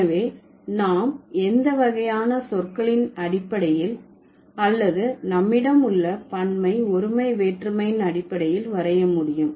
எனவே நாம் எந்த வகையான சொற்களின் அடிப்படையில் அல்லது நம்மிடம் உள்ள பன்மை ஒருமை வேற்றுமையின் அடிப்படையில் வரைய முடியும்